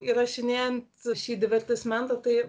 įrašinėjant šį divertismentą tai